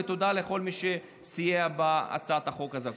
ותודה לכל מי שסייע בהצעת החוק הזאת.